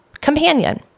companion